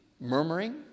murmuring